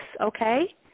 okay